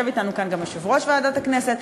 יושב אתנו כאן גם יושב-ראש ועדת הכנסת,